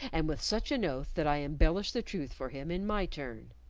and with such an oath that i embellished the truth for him in my turn.